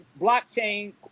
blockchain